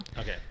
okay